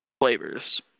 flavors